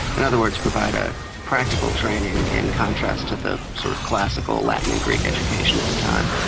in other words, provide a practical training in contrast to the sort of classical latin and greek education at the time.